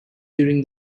during